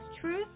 truth